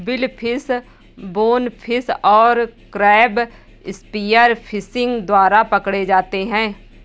billfish, bonefish और crab spear fishing द्वारा पकड़े जाते हैं